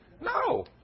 No